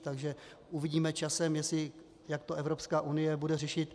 Takže uvidíme časem, jak to Evropská unie bude řešit.